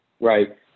right